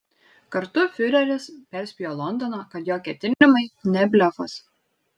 kartu fiureris perspėjo londoną kad jo ketinimai ne blefas